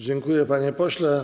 Dziękuję, panie pośle.